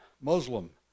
Muslim